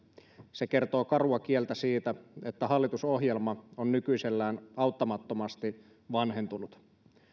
se kertoo karua kieltä siitä että hallitusohjelma on nykyisellään auttamattomasti vanhentunut